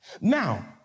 Now